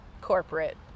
corporate